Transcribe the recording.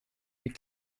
les